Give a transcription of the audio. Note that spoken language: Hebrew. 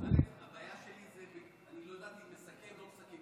הבעיה שלי, לא ידעתי אם לסכם או לא לסכם,